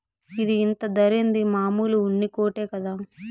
ఇది ఇంత ధరేంది, మామూలు ఉన్ని కోటే కదా